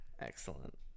excellent